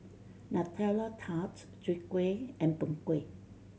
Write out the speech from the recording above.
Nutella Tart Chwee Kueh and Png Kueh